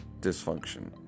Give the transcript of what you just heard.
dysfunction